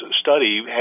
study